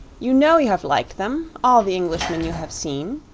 you know you have liked them all the englishmen you have seen,